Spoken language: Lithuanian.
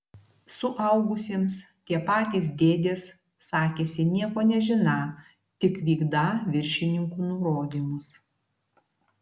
suaugusiems tie patys dėdės sakėsi nieko nežiną tik vykdą viršininkų nurodymus